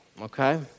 okay